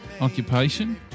occupation